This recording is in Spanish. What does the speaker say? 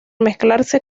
mezclarse